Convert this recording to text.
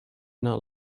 not